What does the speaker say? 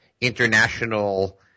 international